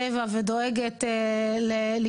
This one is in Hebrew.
הנקודה שהעלית,